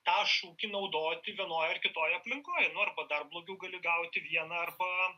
tą šūkį naudoti vienoj ar kitoj aplinkoj nu arba dar blogiau gali gauti vieną arba